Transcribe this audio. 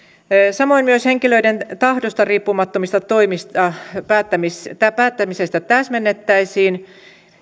samoin henkilöiden tahdosta riippumattomista toimista päättämistä täsmennettäisiin